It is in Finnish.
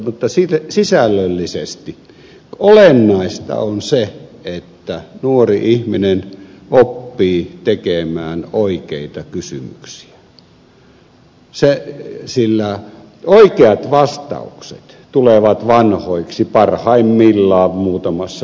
mutta sisällöllisesti olennaista on se että nuori ihminen oppii tekemään oikeita kysymyksiä sillä oikeat vastaukset tulevat vanhoiksi parhaimmillaan muutamassa viikossa